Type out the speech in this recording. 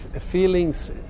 feelings